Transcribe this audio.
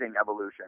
evolution